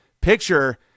picture